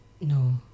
No